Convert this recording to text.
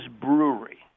Brewery